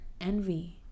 envy